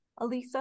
Alisa